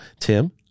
tim